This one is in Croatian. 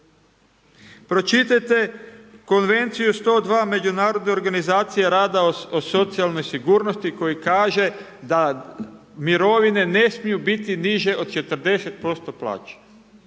Pročitajte Konvenciju 102 Međunarodne organizacije rada o socijalnoj sigurnosti koji kaže da mirovine ne smiju biti niže od 40% plaće.